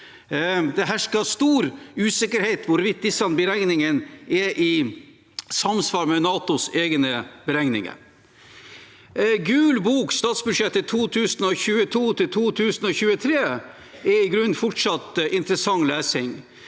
Det hersker stor usikkerhet om hvorvidt disse beregningene er i samsvar med NATOs egne beregninger. Gul bok, statsbudsjettet 2022–2023, er i grunnen fortsatt interessant lesing.